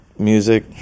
music